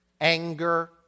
anger